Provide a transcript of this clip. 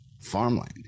farmland